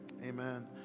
Amen